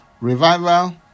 revival